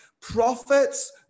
Prophets